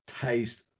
taste